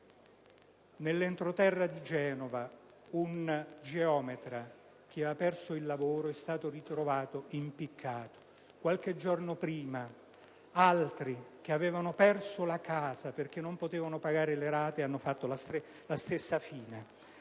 nell'entroterra di Genova, un geometra che aveva perso il lavoro è stato ritrovato impiccato; qualche giorno prima, altri che avevano perso la casa, perché non potevano pagare le rate del mutuo, hanno fatto la stessa fine.